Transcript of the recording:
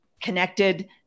connected